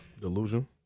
Delusion